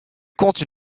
comptent